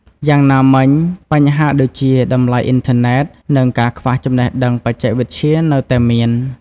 យ៉ាងណាមិញ បញ្ហាដូចជា តម្លៃអ៊ីនធឺណេត និងការខ្វះចំណេះដឹងបច្ចេកវិទ្យានៅតែមាន។